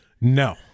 No